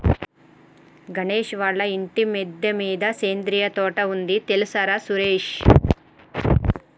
గణేష్ వాళ్ళ ఇంటి మిద్దె మీద సేంద్రియ తోట ఉంది తెల్సార సురేష్